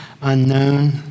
unknown